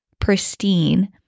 pristine